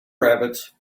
rabbits